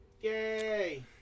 yay